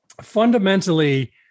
fundamentally